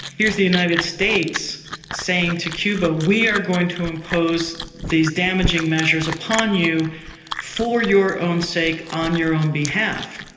here's the united states saying to cuba, we are going to impose these damaging measures upon you for your own sake on your own behalf.